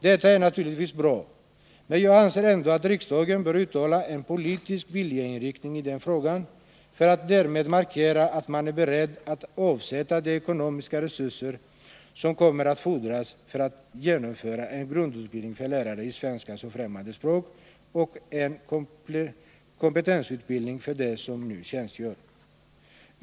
Detta är naturligtvis bra, men jag anser ändå att riksdagen bör uttala en politisk viljeinriktning i den här frågan för att därmed markera att man är beredd att avsätta de ekonomiska resurser som kommer att fordras för att genomföra en grundutbildning för lärare i svenska som främmande språk och en kompetensutbildning för dem som nu tjänstgör.